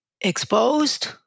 exposed